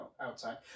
outside